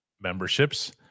memberships